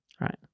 right